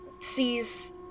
sees